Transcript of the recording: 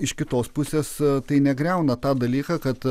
iš kitos pusės tai negriauna tą dalyką kad